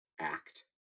act